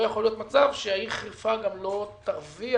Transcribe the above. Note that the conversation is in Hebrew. ולא ייתכן שהעיר חיפה לא תרוויח